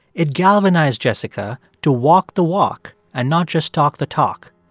it galvanized jessica to walk the walk and not just talk the talk,